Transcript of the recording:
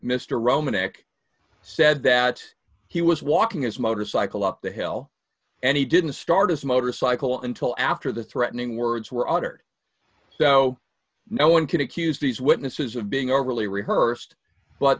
mr roman eck said that he was walking his motorcycle up the hill and he didn't start his motorcycle until after the threatening words were uttered so no one could accuse these witnesses of being a really rehearsed but